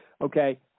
okay